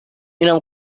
اینم